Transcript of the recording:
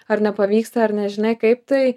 ar nepavyksta ar nežinai kaip tai